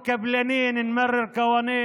הם לא מפנימים שבפעם הראשונה בתולדות הכנסת,